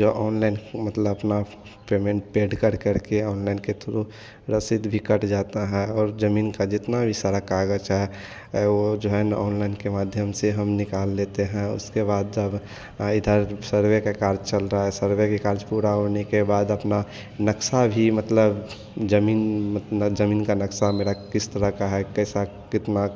जो ऑनलाइन मतलब अपना पेमेंट पेड़ कर कर के ऑनलाइन के थ्रु रसीद भी कट जाता है और जमीन का जितना भी सारा कागज चाहे वो जो है न ऑनलाइन के माध्यम से हम निकाल लेते हैं उसके बाद जब इधर सर्वे के कार्य चल रहा है सर्वे के कार्य पूरा होने के बाद अपना नक्शा भी मतलब जमीन मत न जमीन का नक्शा मेरा किस तरह का है कैसा कितना